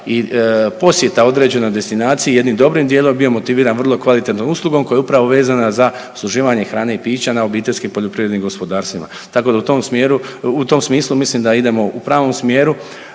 i posjeta određenoj destinaciji jednim dobrim dijelom je bio motiviran vrlo kvalitetnom uslugom koja je upravo vezana za usluživanje hrane i pića na obiteljskim poljoprivrednim gospodarstvima. Tako da u tom smjeru, u tom smislu mislim da idemo u pravom smjeru